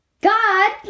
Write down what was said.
God